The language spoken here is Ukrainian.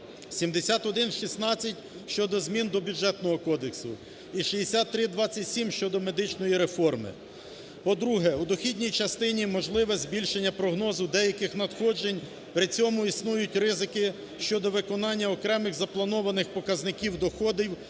7116 щодо змін до Бюджетного кодексу і 6327 щодо медичної реформи. По-друге, у дохідній частині можливе збільшення прогнозу деяких надходжень. При цьому існують ризики щодо виконання окремих запланованих показників доходів